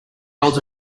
holds